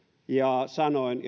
ja sanoin